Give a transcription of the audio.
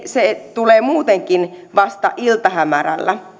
se tulee muutenkin vasta iltahämärällä